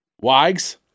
Wags